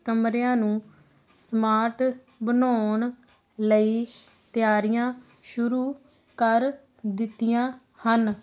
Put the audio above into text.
ਕਮਰਿਆਂ ਨੂੰ ਸਮਾਰਟ ਬਣਾਉਣ ਲਈ ਤਿਆਰੀਆਂ ਸ਼ੁਰੂ ਕਰ ਦਿੱਤੀਆਂ ਹਨ